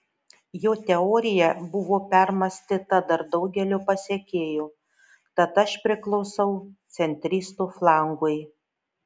jo teorija buvo permąstyta dar daugelio pasekėjų tad aš priklausau centristų flangui